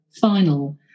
final